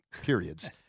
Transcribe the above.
periods